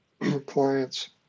Clients